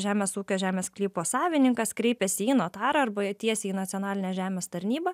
žemės ūkio žemės sklypo savininkas kreipiasi į notarą arba tiesiai į nacionalinę žemės tarnybą